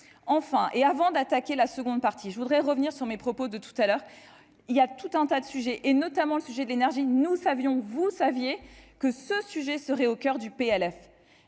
enfin et avant d'attaquer la seconde partie, je voudrais revenir sur mes propos de tout à l'heure, il y a tout un tas de sujets et notamment le sujet de l'énergie, nous savions que vous saviez que ce sujet serait au coeur du PLF,